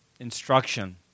instruction